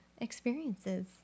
experiences